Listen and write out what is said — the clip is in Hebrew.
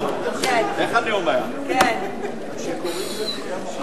גברתי היושבת-ראש,